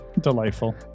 delightful